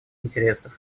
интересов